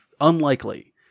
unlikely